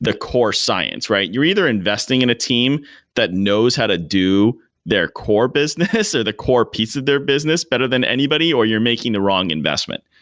the core science, right? you're either investing in a team that knows how to do their core business, or the core piece of their business better than anybody or you're making the wrong investment.